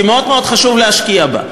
כי מאוד מאוד חשוב להשקיע בה.